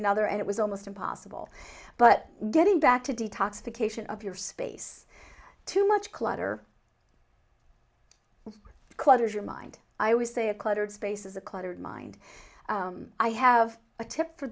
another and it was almost impossible but getting back to detox the cation of your space too much clutter clutters your mind i always say a cluttered space is a cluttered mind i have a tip for